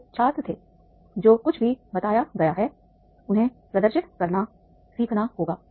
वे छात्र थे जो कुछ भी बताया गया है उन्हें प्रदर्शित करना सीखना होगा